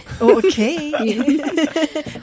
okay